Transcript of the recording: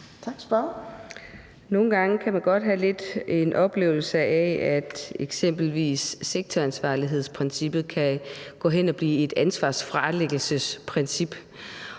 Nogle gange kan man godt lidt have en oplevelse af, at eksempelvis sektoransvarlighedsprincippet kan gå hen og blive et ansvarsfralæggelsesprincip.